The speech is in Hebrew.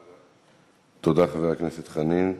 תודה, חבר הכנסת חנין.